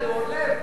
לא בן-ארי,